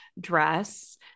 dress